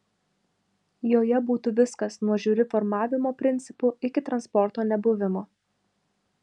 joje būtų viskas nuo žiuri formavimo principų iki transporto nebuvimo